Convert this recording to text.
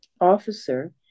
officer